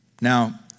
Now